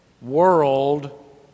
world